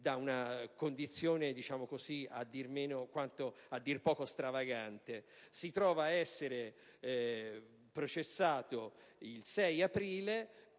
da una condizione a dire poco stravagante: si trova ad essere processato il 6 aprile